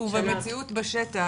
ובמציאות בשטח,